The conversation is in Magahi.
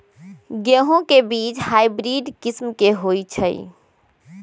गेंहू के बीज हाइब्रिड किस्म के होई छई?